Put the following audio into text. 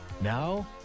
Now